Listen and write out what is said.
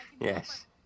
Yes